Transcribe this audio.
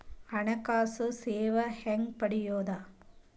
ಹಣಕಾಸು ಸೇವಾ ಹೆಂಗ ಪಡಿಯೊದ?